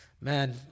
man